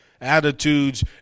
attitudes